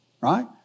Right